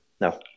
No